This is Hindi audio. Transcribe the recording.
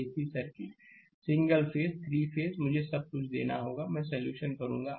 AC circuit single phase 3 phase मुझे सब कुछ देना होगा तो मैं सॉल्यूशन करूंगा